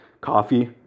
coffee